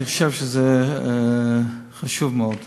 אני חושב שזה חשוב מאוד.